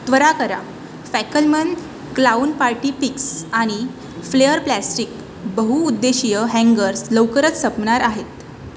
त्वरा करा Fackelmann clown party picks आणि फ्लेअर प्लॅस्टिक बहुउद्देशीय हँगर्स लवकरच संपणार आहेत